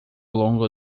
longo